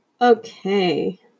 Okay